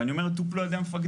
ואני אומר טופלו על ידי המפקדים,